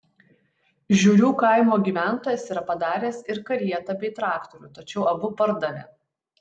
žiurių kaimo gyventojas yra padaręs ir karietą bei traktorių tačiau abu pardavė